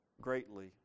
greatly